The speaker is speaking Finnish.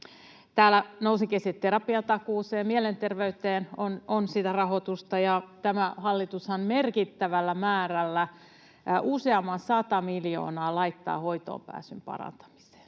Täällä nousikin, että terapiatakuuseen, mielenterveyteen, on sitä rahoitusta, ja tämä hallitushan merkittävän määrän, useamman sata miljoonaa, laittaa hoitoonpääsyn parantamiseen.